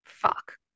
Fuck